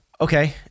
Okay